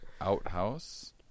outhouse